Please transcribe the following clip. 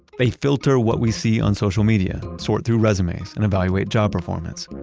they filter what we see on social media, sort through resumes, and evaluate job performance.